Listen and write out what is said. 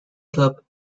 club